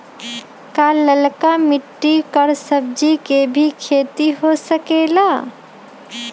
का लालका मिट्टी कर सब्जी के भी खेती हो सकेला?